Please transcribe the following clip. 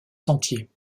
sentiers